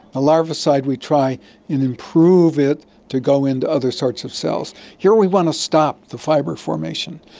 larvicide, we try and improve it to go into other sorts of cells. here we want to stop the fibre formation,